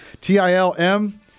T-I-L-M